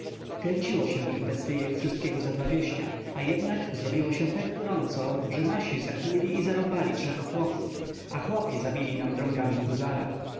kręciło się ich bestyjek wszystkiego ze dwadzieścia a jednak zrobiło się tak gorąco że nasi zakłuli i zarąbali trzech chłopów a chłopi zabili nam drągami huzara